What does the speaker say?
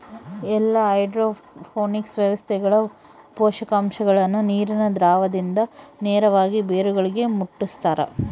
ಎಲ್ಲಾ ಹೈಡ್ರೋಪೋನಿಕ್ಸ್ ವ್ಯವಸ್ಥೆಗಳ ಪೋಷಕಾಂಶಗುಳ್ನ ನೀರಿನ ದ್ರಾವಣದಿಂದ ನೇರವಾಗಿ ಬೇರುಗಳಿಗೆ ಮುಟ್ಟುಸ್ತಾರ